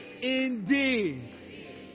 indeed